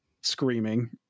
screaming